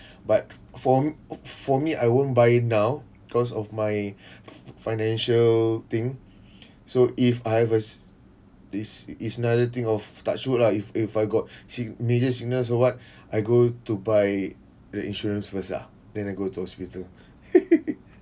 but for for me I won't buy it now cause of my fi~ financial thing so if I was is is another thing of touch wood lah if if I got sick major sickness or what I go to buy the insurance first ah then I go to hospital